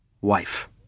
wife